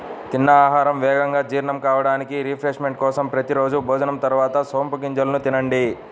తిన్న ఆహారం వేగంగా జీర్ణం కావడానికి, రిఫ్రెష్మెంట్ కోసం ప్రతి రోజూ భోజనం తర్వాత సోపు గింజలను తినండి